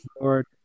lord